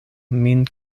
min